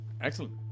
Excellent